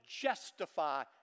justify